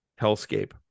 hellscape